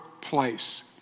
place